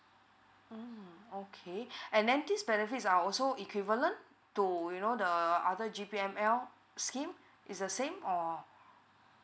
mm okay and then these benefits are also equivalent to you know the other G_P_M_L scheme is a same or